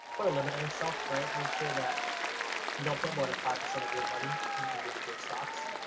put a limit on yourself. right, make sure that you don't put more than five percent of your money in individual stocks.